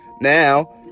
Now